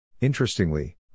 Interestingly